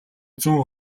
зүүн